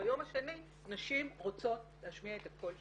וביום השני נשים רוצות להשמיע את הקול שלהן.